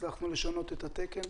הצלחנו לשנות את התקן.